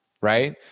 right